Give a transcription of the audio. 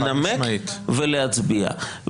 לנמק ולהצביע.